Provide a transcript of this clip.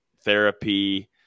therapy